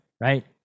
right